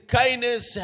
kindness